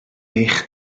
eich